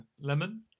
lemon